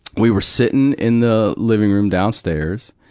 we were sittin' in the living room downstairs,